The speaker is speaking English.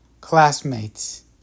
Classmates